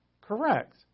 Correct